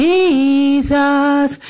Jesus